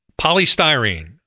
Polystyrene